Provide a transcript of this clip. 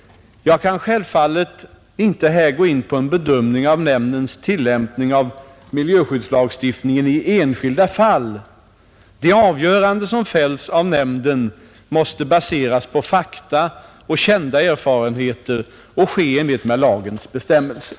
Jag kan självfallet inte här gå in på en bedömning av nämndens tillämpning av miljöskyddslagstiftningen i enskilda fall. Det avgörande som fälls av nämnden måste baseras på fakta och kända erfarenheter och ske i enlighet med lagens bestämmelser.